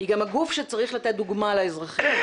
היא גם הגוף שצריך לתת דוגמה לאזרחים,